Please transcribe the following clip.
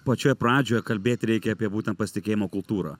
pačioje pradžioje kalbėti reikia apie būtent pasitikėjimo kultūrą